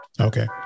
Okay